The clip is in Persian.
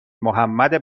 محمد